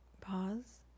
pause